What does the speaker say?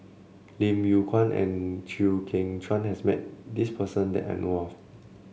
Lim Yew Kuan and Chew Kheng Chuan has met this person that I know of